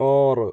ആറ്